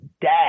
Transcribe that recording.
dad